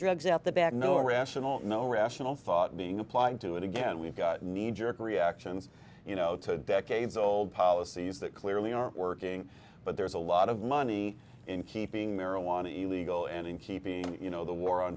drugs out the back no rational no rational thought being applied to it again we've got kneejerk reactions you know to decades old policies that clearly are working but there's a lot of money in keeping marijuana you legal and in keeping you know the war on